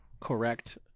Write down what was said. correct